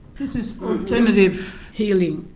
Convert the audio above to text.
it is alternative healing.